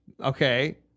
Okay